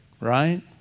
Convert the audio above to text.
Right